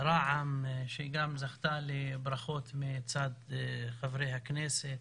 רע"מ שגם זכתה לברכות מצד חברי הכנסת,